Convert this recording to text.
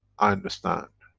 i understand,